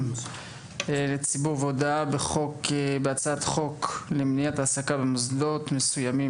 לציבור והודעה" בהצעת חוק למניעת העסקה במוסדות מסוימים